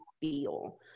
feel